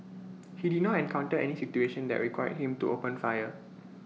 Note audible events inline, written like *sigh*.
*noise* he did not encounter any situation that required him to open fire